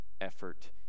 effort